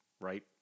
right